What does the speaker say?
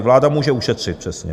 Vláda může ušetřit, přesně.